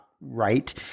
right